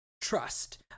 Trust